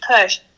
push